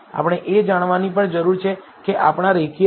આપણે એ જાણવાની પણ જરૂર છે કે આપણે મોડેલને આગળ વધારી શકીએ